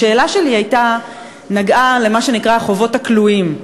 השאלה שלי נגעה למה שנקרא "החובות הכלואים",